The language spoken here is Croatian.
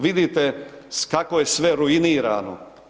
Vidite kako je sve ruinirano.